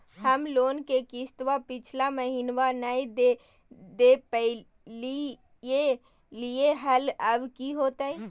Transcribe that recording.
हम लोन के किस्तवा पिछला महिनवा नई दे दे पई लिए लिए हल, अब की होतई?